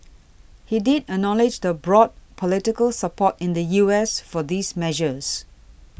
he did acknowledge the broad political support in the U S for these measures